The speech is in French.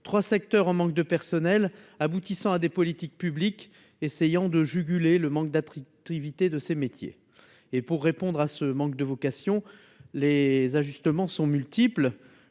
trois secteurs sont en manque de personnel, ce qui aboutit à des politiques publiques essayant de juguler le manque d'attractivité de ces métiers. Pour répondre à ce déficit de vocations, les ajustements sont multiples.